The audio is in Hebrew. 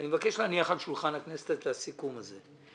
להניח על שולחן הכנסת את הסיכום הזה.